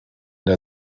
der